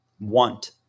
want